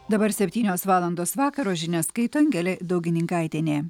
dabar septynios valandos vakaro žinias skaito angelė daugininkaitienė